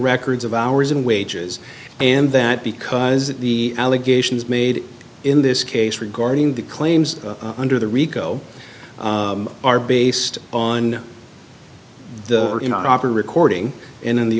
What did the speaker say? records of ours in wages and that because the allegations made in this case regarding the claims under the rico are based on the proper recording and in the